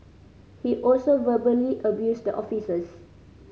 he also verbally abused the officers